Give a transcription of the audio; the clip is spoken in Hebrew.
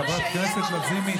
חברת הכנסת לזימי,